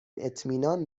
اطمینان